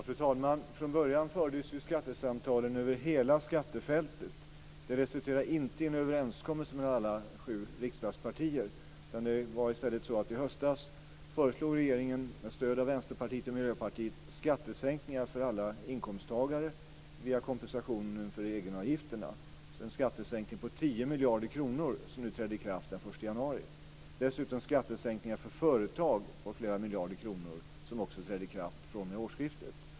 Fru talman! Från början fördes ju skattesamtalen över hela skattefältet. Det resulterade inte i en överenskommelse mellan alla sju riksdagspartier. I stället föreslog regeringen i höstas med stöd av Vänsterpartiet och Miljöpartiet skattesänkningar för alla inkomsttagare via kompensationen för egenavgifterna. Det gällde skattesänkningar om 10 miljarder kronor, som trädde i kraft den 1 januari. Därtill kom skattesänkningar för företag om flera miljarder kronor, som också trädde i kraft vid årsskiftet.